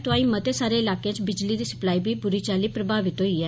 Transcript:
तोआईं मते सारे इलाकें च बिजली दी सप्लाई बी बुरी चाल्ली प्रभावत होई ऐ